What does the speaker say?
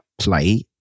play